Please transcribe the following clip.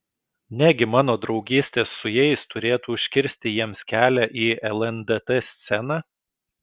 negi mano draugystė su jais turėtų užkirsti jiems kelią į lndt sceną